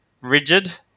rigid